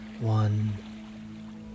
One